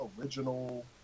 original